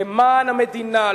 למען המדינה,